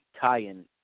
tie-in